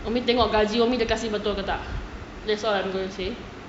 umi tengok gaji umi kasih betul ke tak that's what I'm going to say